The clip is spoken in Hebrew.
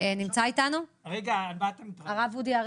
הרב אודי,